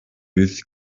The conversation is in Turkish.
yüz